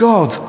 God